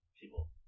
people